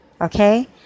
Okay